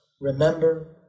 Remember